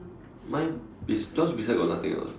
mine bes~ yours besides got nothing else ah